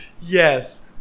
Yes